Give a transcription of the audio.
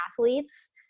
athletes